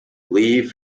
leave